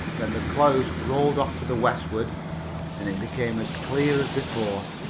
then the clouds rolled off to the westward and it became as clear as before.